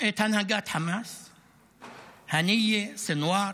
את הנהגת חמאס, הנייה, סנוואר,